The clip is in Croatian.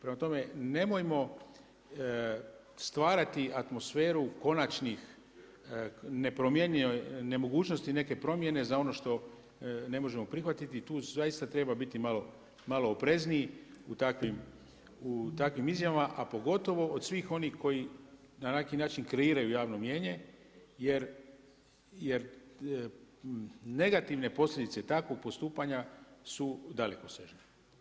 Prema tome, nemojmo stvarati atmosferu konačnih, nemogućnosti neke promjene za ono što ne možemo prihvatiti i tu zaista treba biti malo oprezniji u takvim izjavama a pogotovo od svih onih koji na neki način kreiraju javno mjienje jer negativne posljedice takvog postupanja su dalekosežne.